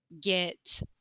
get